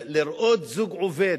לראות זוג עובד,